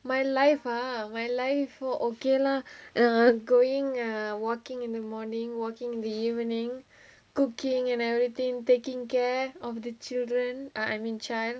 my life ah my life for okay lah err going working in the morning working the evening cooking and everything taking care of the children I mean child